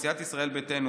סיעת ישראל ביתנו,